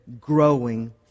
growing